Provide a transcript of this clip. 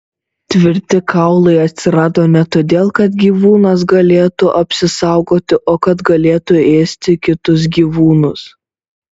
tvirti kaulai atsirado ne todėl kad gyvūnas galėtų apsisaugoti o kad galėtų ėsti kitus gyvūnus